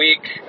week